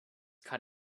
cut